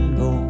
go